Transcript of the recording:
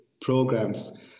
programs